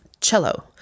cello